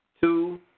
two